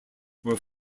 were